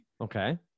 Okay